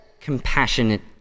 compassionate